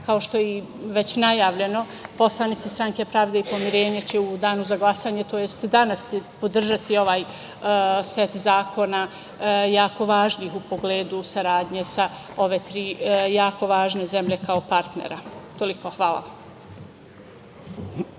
kao što je već najavljeno, poslanici Stranke pravde i pomirenja će u danu za glasanje, tj. danas podržati ovaj set zakona jako važnih u pogledu saradnje sa ove tri jako važne zemlje kao partnera. Toliko. Hvala.